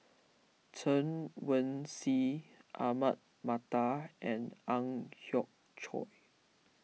Chen Wen Hsi Ahmad Mattar and Ang Hiong Chiok